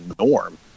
norm